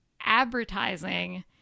advertising